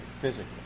physically